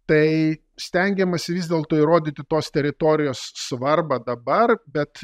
tai stengiamasi vis dėlto įrodyti tos teritorijos svarbą dabar bet